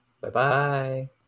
Bye-bye